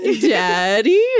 Daddy